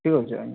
ଠିକ୍ ଅଛେ ଆଜ୍ଞା